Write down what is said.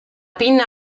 pinna